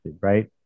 right